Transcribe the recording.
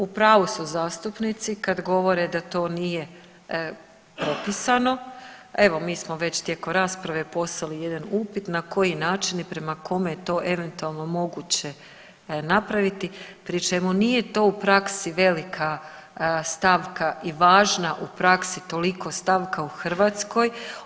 U pravu su zastupnici kad govore da to nije propisano, evo mi smo već tijekom rasprave poslali jedan upit na koji način i prema kome je to eventualno moguće napraviti, pri čemu nije to u praksi velika stavka i važna u praksi toliko stavka u Hrvatskoj.